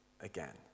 again